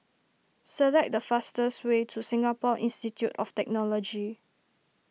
select the fastest way to Singapore Institute of Technology